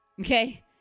Okay